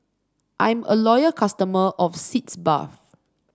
I'm a loyal customer of Sitz Bath